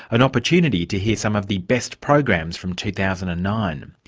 an opportunity to hear some of the best programs from two thousand and nine.